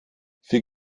für